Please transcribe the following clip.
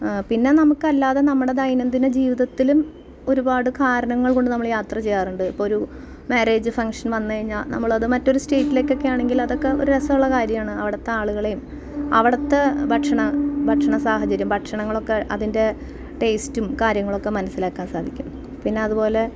പിന്നെ നമുക്ക് അല്ലാതെ നമ്മുടെ ദൈനം ദിന ജീവിതത്തിലും ഒരുപാട് കാരണങ്ങൾ കൊണ്ട് നമ്മൾ യാത്ര ചെയ്യാറുണ്ട് ഇപ്പം ഒരു മാര്യേജ് ഫങ്ങ്ഷൻ വന്ന് കഴിഞ്ഞാൽ നമ്മൾ അത് മറ്റൊരു സ്റ്റേറ്റിലേക്കൊക്കെ ആണെങ്കിൽ അതൊക്കെ ഒരു രസമു ള്ള കാര്യമാണ് അവടത്തെ ആളുകളേയും അവിടുത്തെ ഭക്ഷണം ഭക്ഷണ സാഹചര്യം ഭക്ഷണങ്ങളൊക്കെ അതിൻ്റെ ടേസ്റ്റും കാര്യങ്ങളൊക്കെ മനസ്സിലാക്കാൻ സാധിക്കും പിന്നെ അതുപോലെ